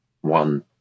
one